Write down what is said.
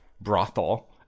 brothel